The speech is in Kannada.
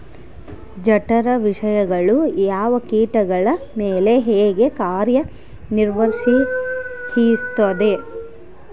ಜಠರ ವಿಷಯಗಳು ಯಾವ ಕೇಟಗಳ ಮೇಲೆ ಹೇಗೆ ಕಾರ್ಯ ನಿರ್ವಹಿಸುತ್ತದೆ?